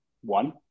one